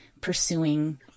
pursuing